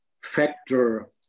factor